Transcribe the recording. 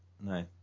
No